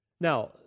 Now